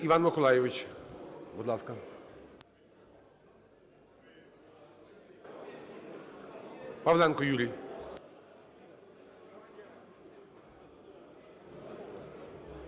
Іван Миколайович, будь ласка. Павленко Юрій.